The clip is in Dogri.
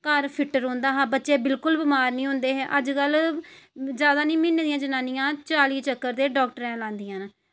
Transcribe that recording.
घर फिट रौहंदा हा बच्चे बिल्कुल बी बमार निं रौहंदे हे अज्जकल ते जनानियां जादै निं चाली चक्कर म्हीनै दियां डॉक्टरें दे लांदियां न